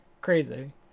crazy